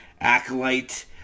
acolyte